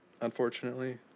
unfortunately